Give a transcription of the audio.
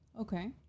Okay